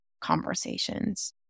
conversations